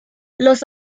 los